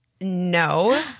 No